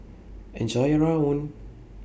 Enjoy your Rawon